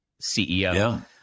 CEO